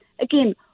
again